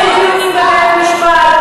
אין דיונים בבית-משפט,